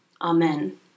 Amen